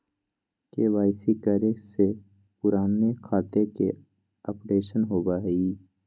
KYC करें से पुराने खाता के अपडेशन होवेई?